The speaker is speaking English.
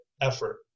effort